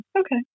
Okay